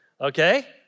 okay